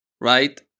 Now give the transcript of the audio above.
Right